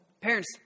Parents